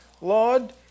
Lord